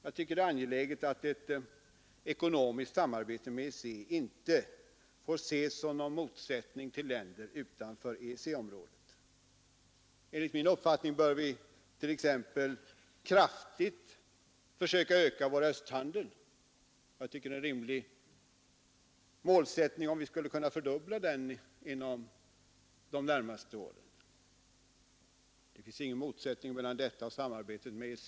Jag tycker det är angeläget att ett ekonomiskt samarbete med E inte får ses som någon motsättning till länder utanför EEC-området. Enligt min uppfattning bör vi t.ex. försöka att kraftigt öka vår östhandel. Jag tycker det är en rimlig målsättning att försöka fördubbla den inom de närmaste åren; det finns ingen motsättning mellan det och samarbetet med EEC.